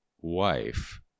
wife